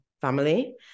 family